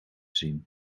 zien